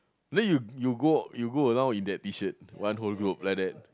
then you you go you go around in that t-shirt one whole group like that